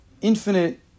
infinite